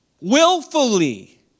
willfully